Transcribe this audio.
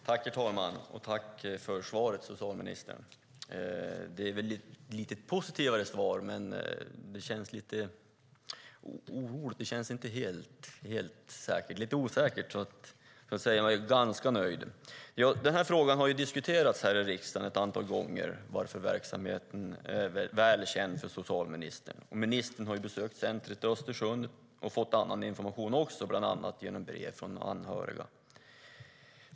Herr talman! Tack, socialministern, för svaret! Det är ett lite positivare svar än dem vi har fått tidigare, men det känns lite osäkert. Jag är ändå ganska nöjd. Den här frågan har diskuterats här i riksdagen ett antal gånger, varför verksamheten är väl känd för socialministern. Ministern har ju besökt centret i Östersund och också fått annan information, bland annat genom brev från anhöriga.